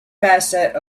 facet